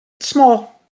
small